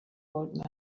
old